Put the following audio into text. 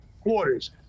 quarters